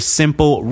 simple